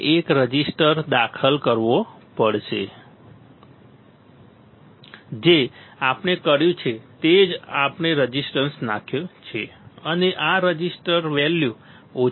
આપણે એક રેઝિસ્ટર દાખલ કરવો પડશે જે આપણે કર્યું છે તે જ આપણે રેઝિસ્ટર નાખ્યું છે અને આ રેઝિસ્ટર વેલ્યુ ઓછી છે